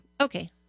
Okay